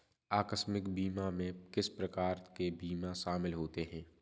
आकस्मिक बीमा में किस प्रकार के बीमा शामिल होते हैं?